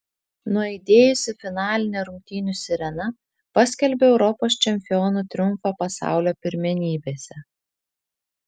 nuaidėjusi finalinė rungtynių sirena paskelbė europos čempionų triumfą pasaulio pirmenybėse